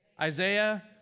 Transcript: Isaiah